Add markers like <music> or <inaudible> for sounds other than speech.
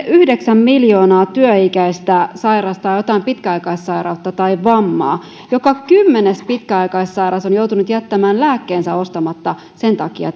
<unintelligible> yhdeksän miljoonaa työikäistä sairastaa jotain pitkäaikaissairautta tai vammaa joka kymmenes pitkäaikaissairas on joutunut jättämään lääkkeensä ostamatta sen takia <unintelligible>